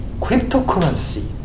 Cryptocurrency